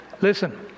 Listen